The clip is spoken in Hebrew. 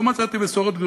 לא מצאתי בשורות.